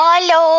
Hello